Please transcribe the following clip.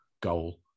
goal